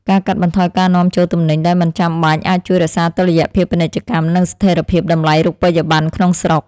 ការកាត់បន្ថយការនាំចូលទំនិញដែលមិនចាំបាច់អាចជួយរក្សាតុល្យភាពពាណិជ្ជកម្ម និងស្ថិរភាពតម្លៃរូបិយប័ណ្ណក្នុងស្រុក។